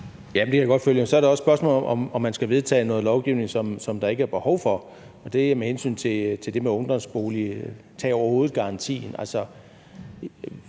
det kan jeg da godt følge. Så er der også spørgsmålet om, om man skal vedtage noget lovgivning, som der ikke er behov for, og det er med hensyn til det med ungdomsboliger og tag over hovedet-garantien.